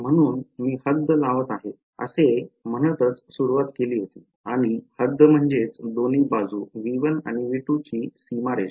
म्हणून मी हद्द लावत आहे असे म्हणतच सुरुवात केली होती आणि हद्द म्हणजेच दोन्ही बाजू V1 आणि V2 ची सीमारेषा